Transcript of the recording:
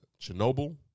Chernobyl